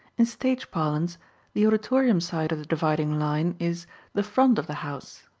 in stage parlance the auditorium side of the dividing line is the front of the house,